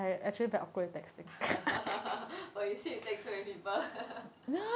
but you say you text so many people